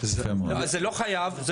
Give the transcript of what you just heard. זה לא מחייב.